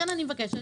אני מבקשת